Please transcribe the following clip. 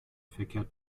verkehrt